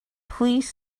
please